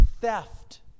theft